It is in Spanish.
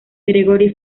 gregory